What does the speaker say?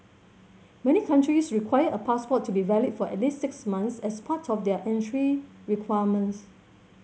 many countries require a passport to be valid for at least six months as part of their entry requirements